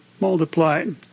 multiplied